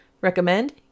recommend